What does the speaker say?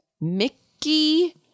Mickey